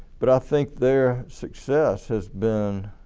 but i think their success has been